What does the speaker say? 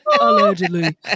Allegedly